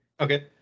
Okay